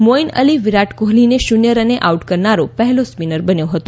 મોઇન અલી વિરાટ કોહલીને શૂન્ય રને આઉટ કરનારો પહેલો સ્પીનર બન્યો હતો